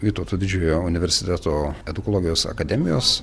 vytauto didžiojo universiteto edukologijos akademijos